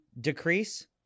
decrease